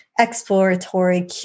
exploratory